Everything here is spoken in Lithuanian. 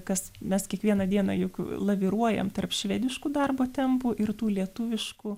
kas mes kiekvieną dieną juk laviruojam tarp švediškų darbo tempų ir tų lietuviškų